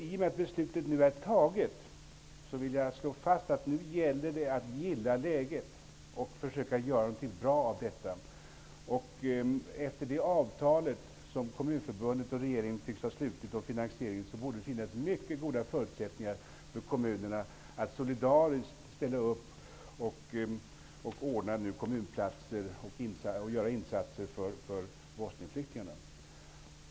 I och med att beslutet är fattat vill jag slå fast att det nu gäller att gilla läget och försöka göra någonting bra av detta. Efter det avtal som Kommunförbundet och regeringen tycks ha slutit om finansieringen borde det finnas mycket goda förutsättningar för kommunerna att solidariskt ställa upp och ordna kommunplatser och göra insatser för Bosnienflyktingarna.